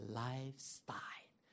lifestyle